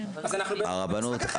אז אנחנו נצטרך --- הרבנות